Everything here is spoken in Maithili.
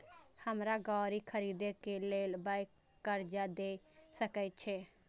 हमरा गाड़ी खरदे के लेल बैंक कर्जा देय सके छे?